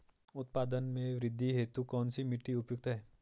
उत्पादन में वृद्धि हेतु कौन सी मिट्टी उपयुक्त है?